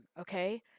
okay